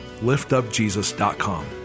liftupjesus.com